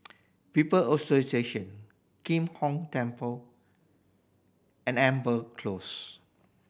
People Association Kim Hong Temple and Amber Close